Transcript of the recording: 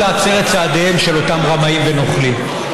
להצר את צעדיהם של אותם רמאים ונוכלים.